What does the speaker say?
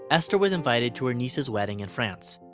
esther was invited to her niece's wedding in france.